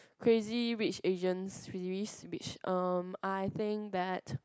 Crazy Rich Asian series which um I think that